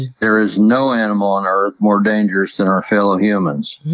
there is no animal on earth more dangerous than our fellow humans,